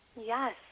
Yes